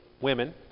women